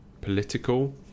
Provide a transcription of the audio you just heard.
political